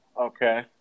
Okay